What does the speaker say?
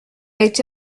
été